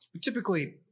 Typically